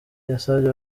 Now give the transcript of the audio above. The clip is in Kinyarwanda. yasabye